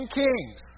kings